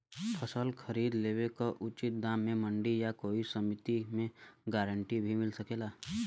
फसल खरीद लेवे क उचित दाम में मंडी या कोई समिति से गारंटी भी मिल सकेला?